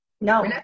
No